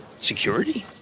Security